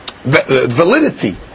Validity